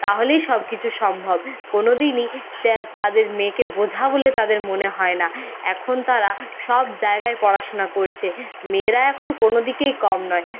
তাহলেই সব কিছু সম্ভব কোনো দিনই যা তাদের মেয়েকে বোঝা বলে তাদের মনে হয় না এখন তারা সব জায়গায় পড়াশোনা করছে মেয়েরা এখন কোনো দিকেই কম নয়